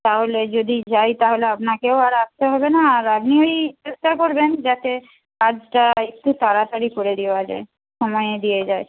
তাহলে যদি যাই তাহলে আপনাকেও আর আসতে হবে না আর আপনি ওই চেষ্টা করবেন যাতে কাজটা একটু তাড়াতাড়ি করে দেওয়া যায় সময়ে দিয়ে যায়